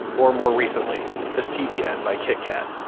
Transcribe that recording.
or more recently, this tv ad by kitkat